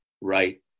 right